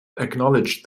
acknowledged